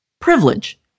privilege